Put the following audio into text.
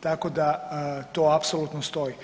tako da to apsolutno stoji.